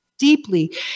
deeply